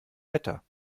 wetter